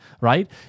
right